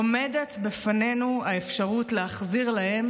עומדת בפנינו האפשרות להחזיר להם